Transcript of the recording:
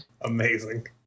Amazing